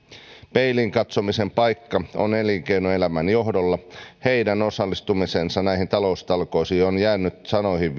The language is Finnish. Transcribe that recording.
peiliin katsomisen paikka on elinkeinoelämän johdolla heidän osallistumisensa näihin taloustalkoisiin on vielä jäänyt sanoihin